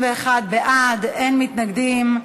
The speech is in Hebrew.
31 בעד, אין מתנגדים.